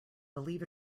believe